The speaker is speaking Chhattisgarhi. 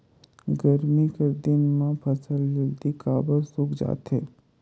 गरमी कर दिन म फसल जल्दी काबर सूख जाथे?